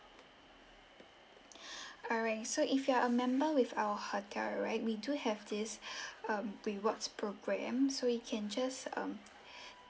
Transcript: alright so if you are a member with our hotel right we do have this um rewards program so you can just um